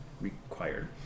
required